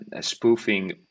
spoofing